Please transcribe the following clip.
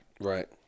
Right